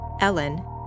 Ellen